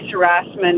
harassment